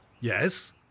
Yes